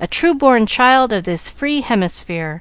a true-born child of this free hemisphere